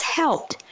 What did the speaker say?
helped